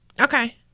Okay